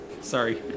Sorry